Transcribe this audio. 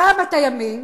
פעם אתה ימין,